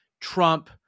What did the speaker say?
trump